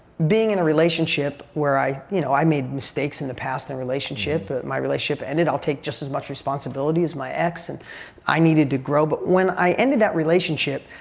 being in a relationship where i, you know, i made mistakes in the past in relationship. but my relationship ended. i'll take just as much responsibility as my ex. and i needed to grow. but when i ended that relationship,